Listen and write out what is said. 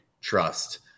Trust